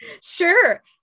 Sure